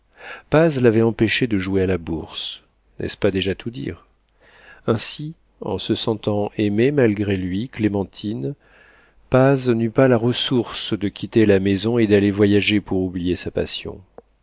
paz l'avait empêché de jouer à la bourse n'est-ce pas déjà tout dire ainsi en se sentant aimer malgré lui clémentine paz n'eut pas la ressource de quitter la maison et d'aller voyager pour oublier sa passion